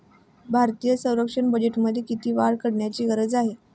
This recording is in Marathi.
भारतीय संरक्षण बजेटमध्ये किती वाढ करण्याची गरज आहे?